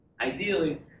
ideally